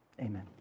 Amen